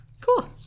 Cool